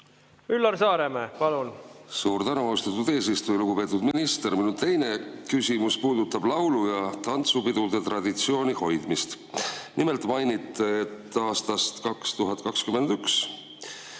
Üllar Saaremäe, palun! Suur tänu, austatud eesistuja! Lugupeetud minister! Minu teine küsimus puudutab laulu- ja tantsupidude traditsiooni hoidmist. Nimelt mainisite, et aastast 2021